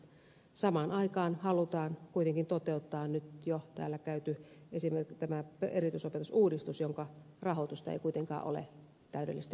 samaan aikaan halutaan kuitenkin toteuttaa nyt jo täällä läpikäyty erityisopetusuudistus jonka rahoitusta ei kuitenkaan ole täydellisesti varmistettu